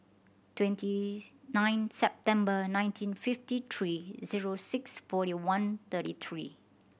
twenty nine September nineteen fifty three zero six forty one thirty three